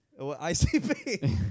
ICP